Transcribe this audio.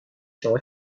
شما